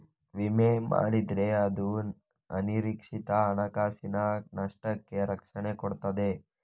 ವಿಮೆ ಮಾಡಿದ್ರೆ ಅದು ಅನಿರೀಕ್ಷಿತ ಹಣಕಾಸಿನ ನಷ್ಟಕ್ಕೆ ರಕ್ಷಣೆ ಕೊಡ್ತದೆ